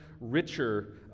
richer